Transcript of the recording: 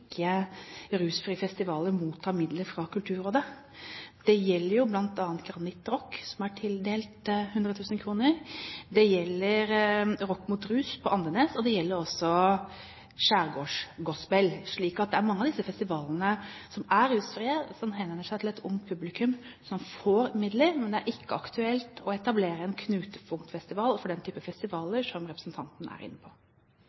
festivaler ikke mottar midler fra Kulturrådet. Det gjelder bl.a. GranittRock, som er tildelt 100 000 kr, det gjelder Rock Mot Rus på Andenes og det gjelder også Skjærgårdsgospel. Så det er mange av disse festivalene som er rusfrie, og som henvender seg til et ungt publikum, som får midler, men det er ikke aktuelt å etablere en knutepunktfestival for den type festivaler som representanten er inne på.